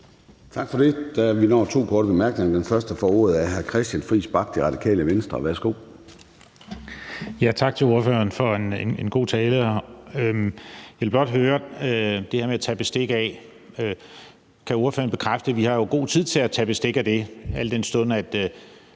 Tak for det. Vi når to korte bemærkninger. Den første, der får ordet, er hr. Christian Friis Bach, Radikale Venstre. Værsgo. Kl. 14:12 Christian Friis Bach (RV): Tak til ordføreren for en god tale. Jeg vil blot høre om det her med at tage bestik af det. Kan ordføreren bekræfte, at vi jo har god tid til at tage bestik af det, al den stund at